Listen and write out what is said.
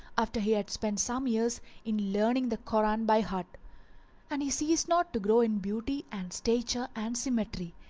after he had spent some years in learning the koran by heart and he ceased not to grow in beauty and stature and symmetry,